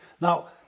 Now